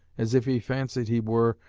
as if he fancied he were,